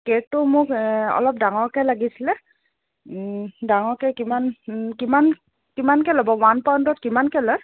কেকটো মোক অলপ ডাঙৰকৈ লাগিছিলে ডাঙৰকৈ কিমান কিমান কিমানকৈ ল'ব ওৱান পাউণ্ডত কিমানকৈ লয়